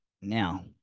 Now